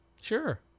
Sure